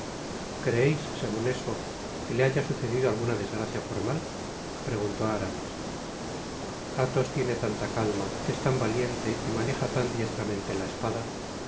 creeis segun eso que le haya sucedido alguna desgracia formal preguntó aramis athos tiene tanta calma es tan valiente y maneja tan diestramente la espada